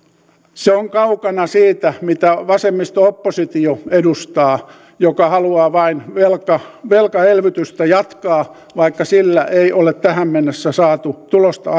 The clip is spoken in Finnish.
se on kaukana siitä mitä vasemmisto oppositio edustaa joka haluaa vain velkaelvytystä jatkaa vaikka sillä ei ole tähän mennessä saatu tulosta